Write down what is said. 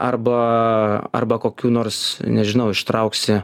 arba arba kokiu nors nežinau ištrauksi